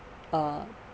uh